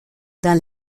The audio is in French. dans